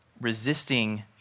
resisting